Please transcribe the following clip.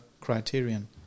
criterion